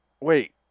wait